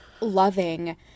loving